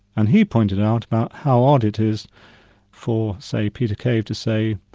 and he pointed out about how odd it is for say peter cave to say,